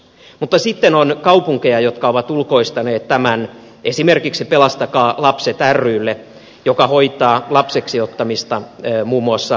mutta sitten on kaupunkeja jotka ovat ulkoistaneet tämän esimerkiksi pelastakaa lapset rylle joka hoitaa lapseksiottamista muun muassa espoossa